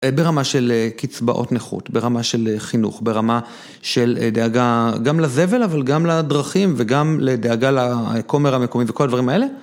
ברמה של קצבאות נכות, ברמה של חינוך, ברמה של דאגה גם לזבל אבל גם לדרכים וגם לדאגה לכומר המקומי וכל הדברים האלה.